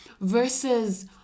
versus